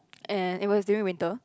and it was during winter